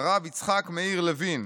הרב יצחק מאיר לוין,